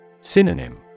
Synonym